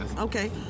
Okay